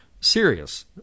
serious